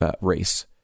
race